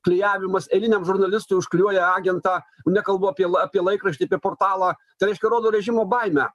klijavimas eiliniam žurnalistui užklijuoja agentą nekalbu apie apie laikraštį apie portalą tai reiškia rodo režimo baimę